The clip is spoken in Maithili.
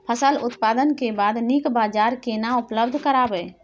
फसल उत्पादन के बाद नीक बाजार केना उपलब्ध कराबै?